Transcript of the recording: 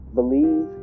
believe